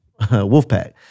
Wolfpack